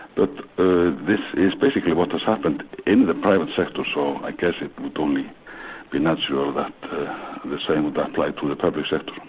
but ah this is basically what has happened in the private sector, so i guess it would only be natural that the same would apply to the public sector.